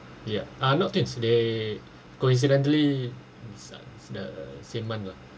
ya uh not twins they coincidentally the same month lah